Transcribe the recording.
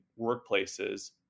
workplaces